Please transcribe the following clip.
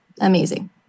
amazing